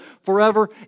forever